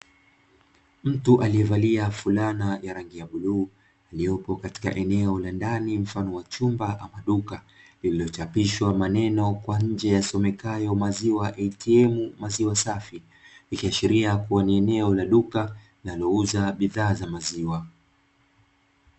Mtu aliyevalia fulana ya rangi ya bluu, aliyopo katika eneo la ndani mfano wa chumba ama duka, lililochapishwa maneno kwa nje yasomekayo "Maziwa ATM, Maziwa Safi" ikiashiria kuwa ni duka linalouza bidhaa za maziwa.